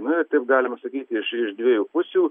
nu ir taip galima sakyti iš iš dviejų pusių